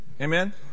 Amen